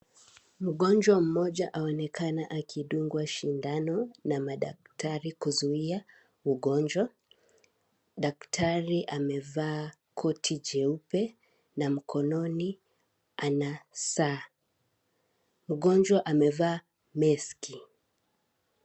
Mgonjwa mmoja aonekana akidungwa sindano na madaktari kuzuia ugonjwa. Daktari amevaa koti cheupe na mkononi ana saa. Mgonjwa amevaa maski.